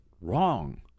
wrong